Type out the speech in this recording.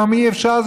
היום אי-אפשר.